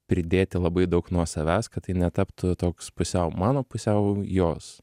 pridėti labai daug nuo savęs kad tai netaptų toks pusiau mano pusiau jos